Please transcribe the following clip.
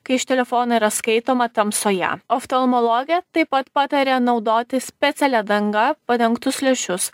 kai iš telefono yra skaitoma tamsoje oftalmologė taip pat pataria naudoti specialia danga padengtus lęšius